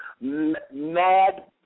mad